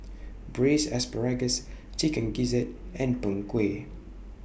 Braised Asparagus Chicken Gizzard and Png Kueh